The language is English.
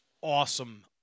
awesome